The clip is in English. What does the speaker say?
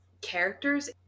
characters